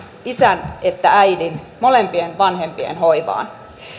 isän että äidin molempien vanhempien hoivaan